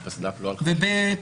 ושנית,